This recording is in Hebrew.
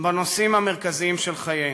בנושאים המרכזיים של חיינו.